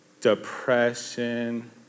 depression